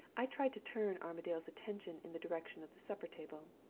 i tried to turn armadale's attention in the direction of the supper-table.